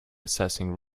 assessing